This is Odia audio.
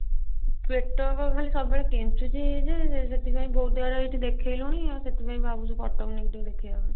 ପେଟ କ'ଣ ଖାଲି ସବୁବେଳେ କେଞ୍ଚୁଛି ଯେ ସେଥିପାଇଁ ବହୁ ଜାଗାରେ ଏଠି ଦେଖେଇଲୁଣି ଆଉ ସେଇଥିପାଇଁ ଭାବୁଛୁ କଟକ ନେଇକି ଟିକେ ଦେଖାଇବା ପାଇଁ